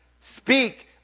Speak